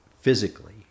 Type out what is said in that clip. physically